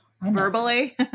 verbally